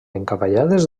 encavallades